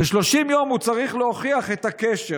ב-30 יום הוא צריך להוכיח את הקשר.